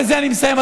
בזה אני מסיים,